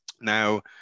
now